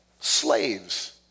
slaves